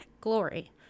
glory